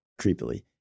creepily